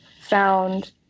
found